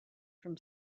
from